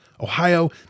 Ohio